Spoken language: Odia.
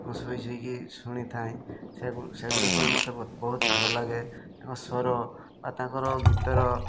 ମୁଁ ଶୋଇ ଶୋଇକି ଶୁଣିଥାଏ ସେଗୁ ସେଗୁଡ଼ିକ ମୋତେ ବହୁତ ଭଲ ଲାଗେ ତାଙ୍କ ସ୍ୱର ବା ତାଙ୍କର ଗୀତର